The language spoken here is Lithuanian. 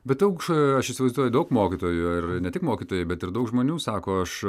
bet daug aš įsivaizduoju daug mokytojų ir ne tik mokytojai bet ir daug žmonių sako aš